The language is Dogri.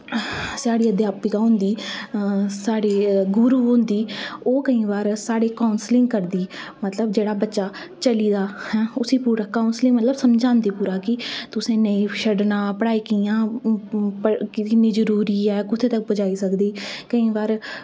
साढ़ी अध्यापिका होंदी साढ़ी गुरू होंदी ओह् केई बार साढ़ी काऊंस्लिंग करदी ते जेह्ड़ा बच्चा चली गेदा ते उसी पूरा समझांदी की कतुसें नेईं छड्डना पढ़ाई किन्नी जरूरी ऐ एह् कुत्थें तगर पुजाई सकदी केईं बार